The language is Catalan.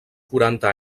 quaranta